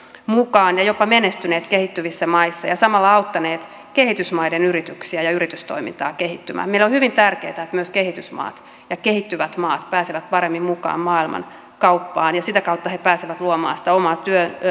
mukaan ja jopa menestyneet kehittyvissä maissa ja samalla auttaneet kehitysmaiden yrityksiä ja yritystoimintaa kehittymään meille on hyvin tärkeätä että myös kehitysmaat ja kehittyvät maat pääsevät paremmin mukaan maailmankauppaan ja sitä kautta ne pääsevät luomaan sitä omaa